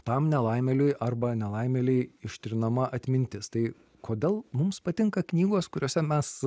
tam nelaimėliui arba nelaimėlei ištrinama atmintis tai kodėl mums patinka knygos kuriose mes